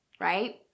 right